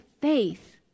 faith